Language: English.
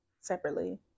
Separately